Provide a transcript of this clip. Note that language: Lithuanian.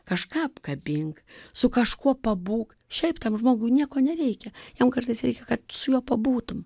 kažką apkabink su kažkuo pabūk šiaip tam žmogui nieko nereikia jam kartais reikia kad su juo pabūtum